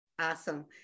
Awesome